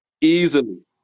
Easily